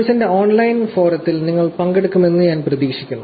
കോഴ്സിന്റെ ഓൺലൈൻ ഫോറത്തിൽ നിങ്ങൾ പങ്കെടുക്കുമെന്ന് ഞാൻ പ്രതീക്ഷിക്കുന്നു